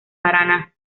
paraná